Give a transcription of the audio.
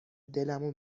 دلمو